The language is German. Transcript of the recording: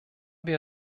wir